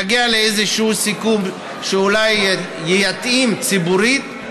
נגיע לאיזשהו סיכום שאולי יתאים ציבורית,